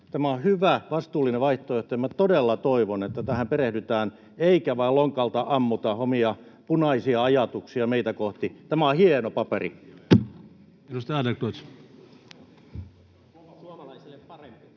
Tämä on hyvä, vastuullinen vaihtoehto, ja minä todella toivon, että tähän perehdytään eikä vain lonkalta ammuta omia punaisia ajatuksia meitä kohti. Tämä on hieno paperi.